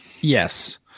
Yes